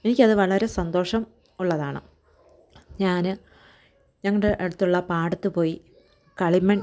എനിക്കത് വളരേ സന്തോഷം ഉള്ളതാണ് ഞാന് ഞങ്ങളുടെ അടുത്തുള്ള പാടത്ത് പോയി കളിമൺ